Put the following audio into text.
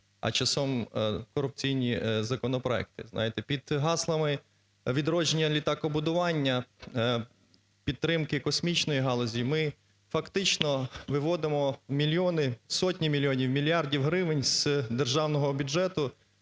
а часом корупційні законопроекти, знаєте? Під гаслами відродження літакобудування, підтримки космічної галузі ми фактично виводимо мільйони, сотні мільйонів, мільярди гривень з Державного бюджету